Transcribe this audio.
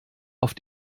auf